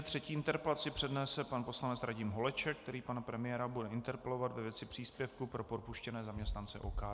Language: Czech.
Třetí interpelaci přednese pan poslanec Radim Holeček, který pana premiéra bude interpelovat ve věci příspěvku pro propuštěné zaměstnance OKD.